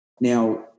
Now